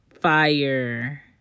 fire